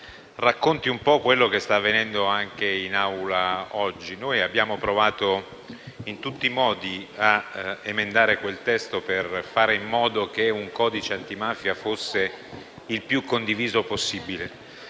racconti quanto sta avvenendo anche in Aula oggi. Abbiamo provato in tutti i modi a emendare il testo, per fare in modo che il codice antimafia fosse il più condiviso possibile,